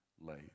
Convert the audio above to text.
late